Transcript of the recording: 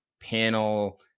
panel